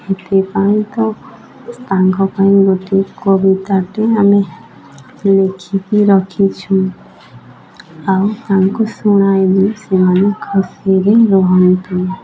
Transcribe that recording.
ଏଥିପାଇଁ ତ ତାଙ୍କ ପାଇଁ ଗୋଟିଏ କବିତାଟେ ଆମେ ଲେଖିକି ରଖିଛୁଁ ଆଉ ତାଙ୍କୁ ଶୁଣାଇଲେ ସେମାନେ ଖୁସିରେ ରୁହନ୍ତୁ